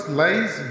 lies